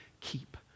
keep